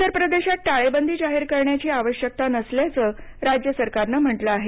उत्तर प्रदेशात टाळेबंदी जाहीर करण्याची आवश्यकता नसल्याचं राज्य सरकारनं म्हटलं आहे